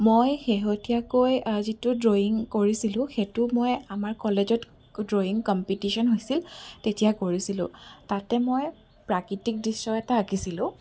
মই শেহতীয়াকৈ যিটো ড্ৰয়িং কৰিছিলোঁ সেইটো মই আমাৰ কলেজত ড্ৰয়িং কম্পিটিশ্যন হৈছিল তেতিয়া কৰিছিলোঁ তাতে মই প্ৰাকৃতিক দৃশ্য এটা আঁকিছিলোঁ